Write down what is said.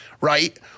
Right